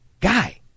guy